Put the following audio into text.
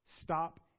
stop